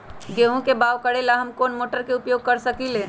गेंहू के बाओ करेला हम कौन सा मोटर उपयोग कर सकींले?